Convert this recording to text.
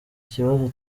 kibazo